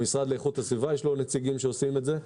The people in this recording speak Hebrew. למשרד לאיכות הסביבה יש נציגים שעושים את זה.